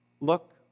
Look